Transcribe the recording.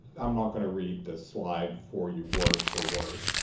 i'm not going to read this slide for you word for word.